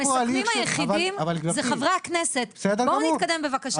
המסכמים היחידים זה חברי הכנסת, בואו נתקדם בבקשה.